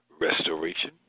restoration